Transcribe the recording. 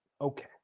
Okay